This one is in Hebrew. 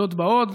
זאת ועוד,